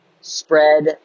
spread